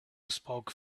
spoke